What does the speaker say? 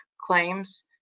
claims